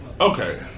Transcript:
okay